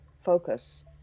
focus